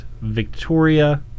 Victoria